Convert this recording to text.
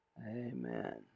Amen